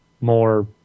more